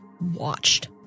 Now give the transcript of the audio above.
watched